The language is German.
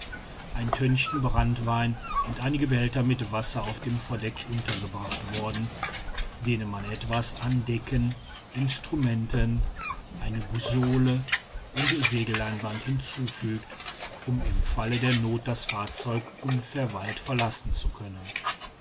ein tönnchen branntwein und einige behälter mit wasser auf dem verdeck untergebracht worden denen man etwas an decken instrumenten eine bussole und segelleinwand hinzufügt um im falle der noth das fahrzeug unverweilt verlassen zu können